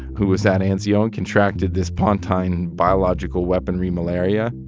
who was at anzio and contracted this pontine biological weaponry malaria.